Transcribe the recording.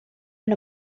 hyn